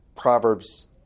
Proverbs